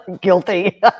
Guilty